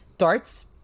Darts